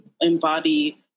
embody